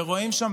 ורואים שם,